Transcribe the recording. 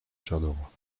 charleroi